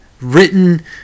written